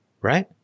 right